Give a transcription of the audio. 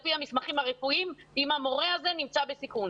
פי המסמכים הרפואיים אם המורה הזה נמצא בסיכון.